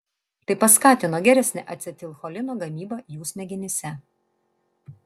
tai paskatino geresnę acetilcholino gamybą jų smegenyse